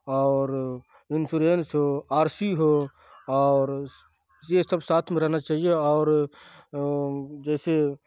اور انشورنس ہو R C ہو اور یہ سب ساتھ میں رہنا چاہیے اور جیسے